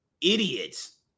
idiots